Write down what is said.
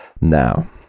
now